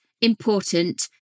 important